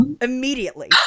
immediately